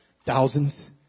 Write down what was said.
Thousands